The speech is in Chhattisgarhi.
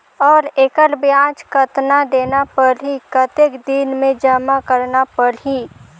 और एकर ब्याज कतना देना परही कतेक दिन मे जमा करना परही??